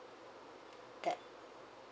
that